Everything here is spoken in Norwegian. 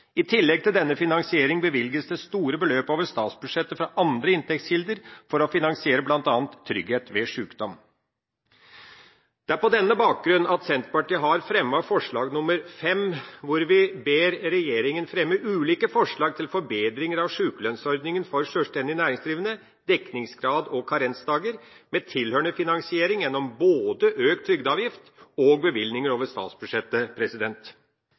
I tillegg til denne finansieringen bevilges det store beløp over statsbudsjettet fra andre inntektskilder for å finansiere bl.a. trygghet ved sykdom. Det er på denne bakgrunn at Senterpartiet har fremmet forslag nr. 5, hvor vi ber regjeringen fremme ulike forslag til forbedring av sykelønnsordningen for selvstendig næringsdrivende med tilhørende finansiering gjennom både økt trygdeavgift og bevilgning over statsbudsjettet.»